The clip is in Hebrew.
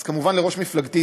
אז כמובן לראש מפלגתי,